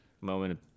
Moment